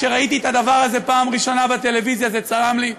כשראיתי את הדבר הזה בפעם הראשונה בטלוויזיה זה צרם לי.